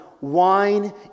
wine